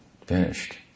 finished